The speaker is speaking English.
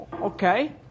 Okay